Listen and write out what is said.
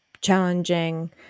challenging